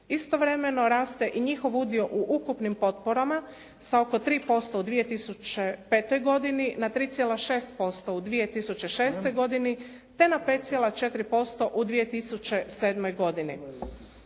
Istovremeno raste i njihov udio u ukupnim potporama sa oko 3% u 2005. godini na 3,6% u 2006. godini te na 5,4% u 2007. godini.